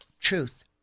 truth